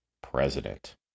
President